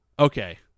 okay